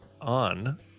on